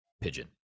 pigeon